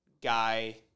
guy